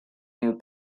near